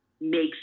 makes